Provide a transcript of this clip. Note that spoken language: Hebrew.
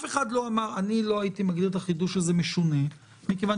לא הייתי מגדיר את החידוש הזה משונה מכיוון